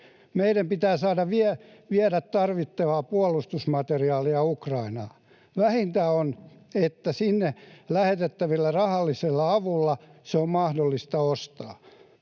Meidän pitää saada viedä tarvittavaa puolustusmateriaalia Ukrainaan. Vähintä on, että sinne lähetettävällä rahallisella avulla se on mahdollista ostaa.